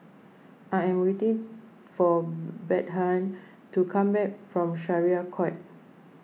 I am waiting for Bethann to come back from Syariah Court